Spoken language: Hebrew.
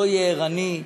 לא יהיה ערני,